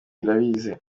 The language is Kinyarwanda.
irabizi